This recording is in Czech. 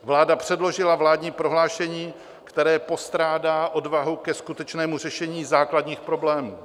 Vláda předložila vládní prohlášení, které postrádá odvahu ke skutečnému řešení základních problémů.